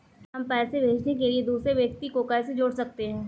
हम पैसे भेजने के लिए दूसरे व्यक्ति को कैसे जोड़ सकते हैं?